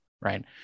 Right